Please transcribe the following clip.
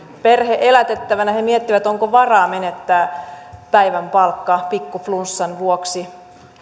perhe elätettävänä he miettivät onko varaa menettää päivän palkka pikku flunssan vuoksi